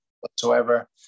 whatsoever